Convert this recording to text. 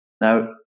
Now